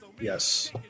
Yes